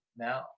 now